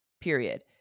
period